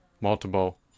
multiple